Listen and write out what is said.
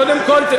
קודם כול,